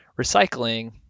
recycling